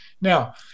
Now